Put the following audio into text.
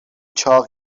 چاق